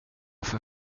för